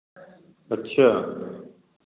अच्छा